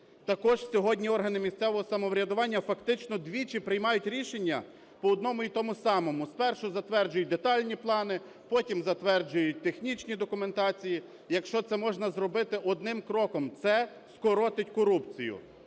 Також сьогодні органи місцевого самоврядування фактично двічі приймають рішення по одному і тому самому: спершу затверджують детальні плани, потім затверджують технічні документації, якщо це можна зробити одним кроком. Це скоротить корупцію.